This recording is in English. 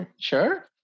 Sure